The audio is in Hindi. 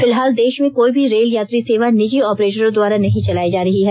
फिलहाल देश में कोई भी रेल यात्री सेवा निजी ऑपरेटरों द्वारा नहीं चलाई जा रही है